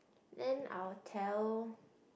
then I'll tell